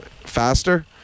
faster